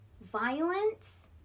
Violence